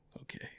okay